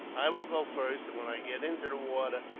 i will go first, and when i get into the water,